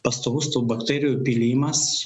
pastovus tų bakterijų pylimas